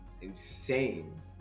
insane